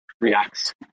reacts